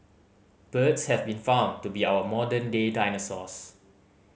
birds have been found to be our modern day dinosaurs